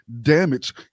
damage